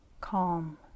calm